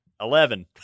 Eleven